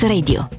Radio